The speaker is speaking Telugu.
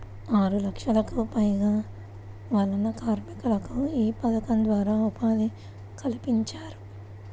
ఆరులక్షలకు పైగా వలస కార్మికులకు యీ పథకం ద్వారా ఉపాధి కల్పించారు